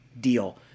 deal